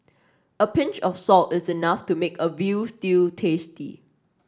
a pinch of salt is enough to make a veal stew tasty